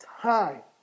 time